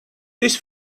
this